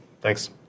Thanks